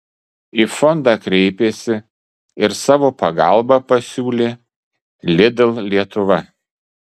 į fondą kreipėsi ir savo pagalbą pasiūlė lidl lietuva